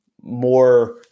more